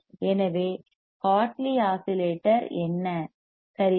எனவே Hartley oscillator என்ன சரியா